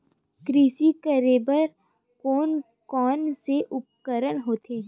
कृषि करेबर कोन कौन से उपकरण होथे?